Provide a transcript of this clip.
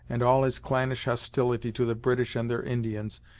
and all his clannish hostility to the british and their indians,